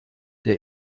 der